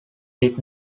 did